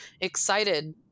excited